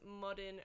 Modern